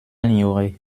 l’ignorer